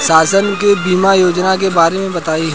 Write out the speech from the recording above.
शासन के बीमा योजना के बारे में बताईं?